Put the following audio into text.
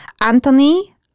Anthony